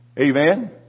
Amen